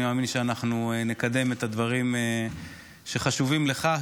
אני מאמין שאנחנו נקדם את הדברים שחשובים לך,